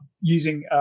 using